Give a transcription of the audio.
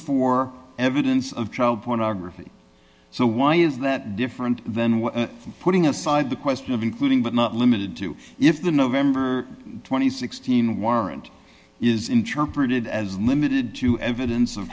for evidence of child pornography so why is that different than what putting aside the question of including but not limited to if the november th teen warrant is interpreted as limited to evidence of